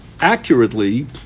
accurately